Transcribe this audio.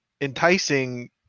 enticing